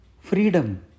freedom